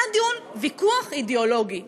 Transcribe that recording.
זה היה דיון, ויכוח, אידיאולוגי.